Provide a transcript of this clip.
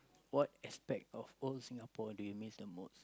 what aspect of old Singapore do you miss the most